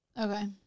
Okay